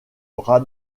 bras